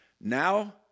Now